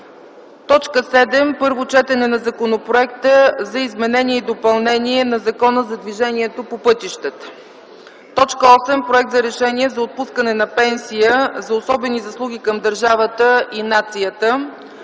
7. Първо четене на Законопроекта за изменение и допълнение на Закона за движението по пътищата. 8. Проект за решение за отпускане на пенсия за особени заслуги към държавата и нацията.